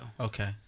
Okay